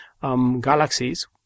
galaxies